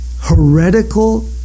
heretical